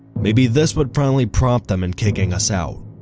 maybe this would finally prompt them and kicking us out.